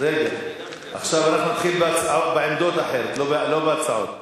רגע, עכשיו אנחנו נתחיל בעמדות אחרות, לא בהצעות.